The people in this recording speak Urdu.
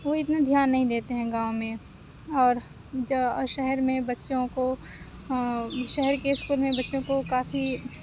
وہ اتنا دھیان نہیں دیتے ہیں گاؤں میں اور جو شہر میں بچوں کو شہر کے اسکول میں بچوں کو کافی